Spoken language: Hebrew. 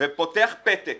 ופותח פתק